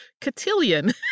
cotillion